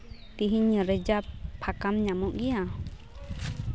ᱛᱮᱦᱤᱧ ᱨᱤᱡᱟᱨᱵᱷ ᱯᱷᱟᱸᱠᱟᱢ ᱧᱟᱢᱚᱜ ᱜᱮᱭᱟ